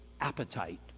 appetite